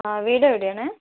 ആ വീടെവിടെയാണ്